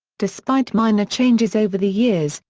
despite minor changes over the years,